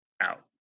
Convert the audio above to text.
out